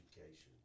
education